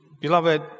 Beloved